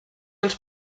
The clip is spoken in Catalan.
els